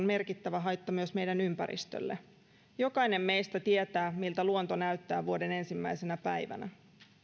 merkittävä haitta myös meidän ympäristöllemme jokainen meistä tietää miltä luonto näyttää vuoden ensimmäisenä päivänä